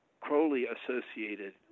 Crowley-associated